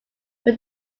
but